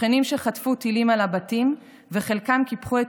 שכנים שחטפו טילים על הבתים וחלקם קיפחו את